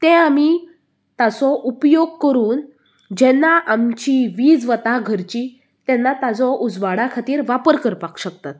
तें आमी ताचो उपयोग करून जेन्ना आमची वीज वता घरची तेन्ना ताजो उजवाडा खातीर वापर करपाक शकतात